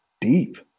deep